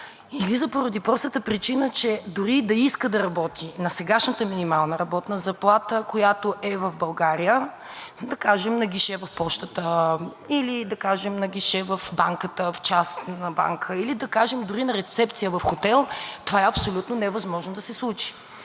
излиза поради простата причина, че дори и да иска да работи на сегашната минимална работна заплата, която е в България – да кажем на гише в пощата или да кажем на гише в банката – в частна банка, или да кажем дори на рецепция в хотел, това е абсолютно невъзможно да се случи